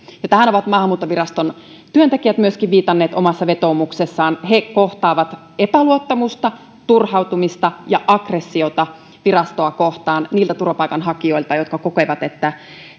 tähän ovat maahanmuuttoviraston työntekijät myöskin viitanneet omassa vetoomuksessaan he kohtaavat epäluottamusta turhautumista ja aggressiota virastoa kohtaan niiltä turvapaikanhakijoilta jotka kokevat että